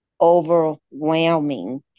overwhelming